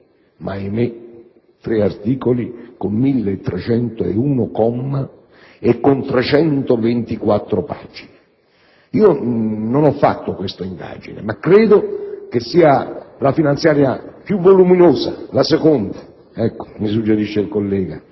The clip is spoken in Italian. ahimè! - tre articoli con 1.301 commi e con 324 pagine. Non ho fatto questa indagine, ma credo che sia la legge finanziaria più voluminosa, la seconda, come suggerisce il collega